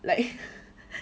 like